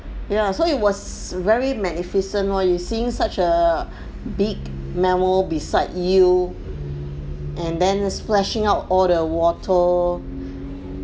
ya so it was very magnificent !whoa! you seeing such a big mammal beside you and then splashing out all the water